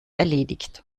erledigt